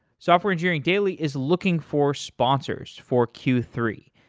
software engineering daily is looking for sponsors for q three.